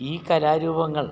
ഈ കലാരൂപങ്ങൾ